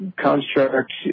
construct